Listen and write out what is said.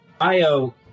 Io